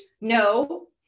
no